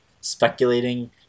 speculating